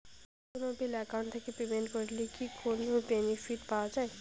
কোনো bill account থাকি payment করলে কি রকম বেনিফিট পাওয়া য়ায়?